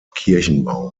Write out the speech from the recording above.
kirchenbau